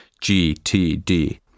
G-T-D